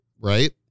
Right